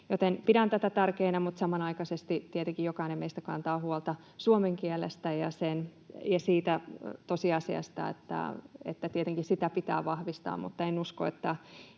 Pidän tätä tärkeänä, mutta samanaikaisesti tietenkin jokainen meistä kantaa huolta suomen kielestä ja siitä tosiasiasta, että tietenkin sitä pitää vahvistaa, mutta en usko,